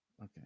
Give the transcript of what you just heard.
Okay